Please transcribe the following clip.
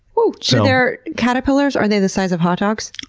so their caterpillars, are they the size of hotdogs?